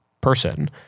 person